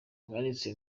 buhanitse